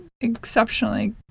exceptionally